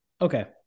Okay